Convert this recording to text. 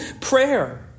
prayer